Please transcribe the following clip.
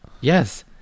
Yes